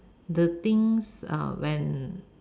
the things uh when